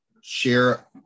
share